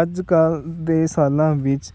ਅੱਜ ਕੱਲ੍ਹ ਦੇ ਸਾਲਾਂ ਵਿੱਚ